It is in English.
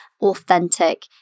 authentic